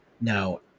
Now